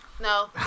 No